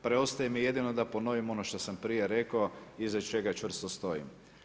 Preostaje mi jedino da ponovim ono što sam prije rekao i iza čega čvrsto stojim.